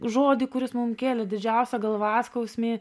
žodį kuris mum kėlė didžiausią galvaskausmį